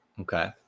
Okay